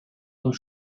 und